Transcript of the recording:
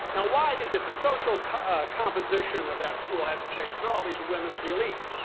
now, why is it the social composition of that school hasn't changed at all, these are women of the elite.